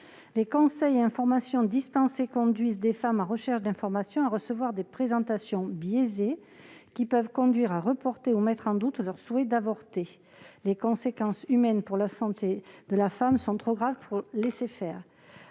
Les conseils et informations dispensés aboutissent à ce que des femmes en recherche d'informations reçoivent des présentations biaisées, qui peuvent conduire à reporter ou mettre en doute leur souhait d'avorter. Les conséquences humaines pour la santé de la femme sont trop graves pour laisser faire.